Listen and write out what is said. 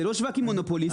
זה לא שווקים מונופוליסטיים.